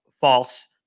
false